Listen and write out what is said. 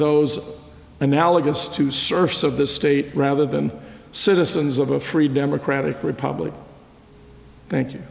those analogous to service of the state rather than citizens of a free democratic republic thank you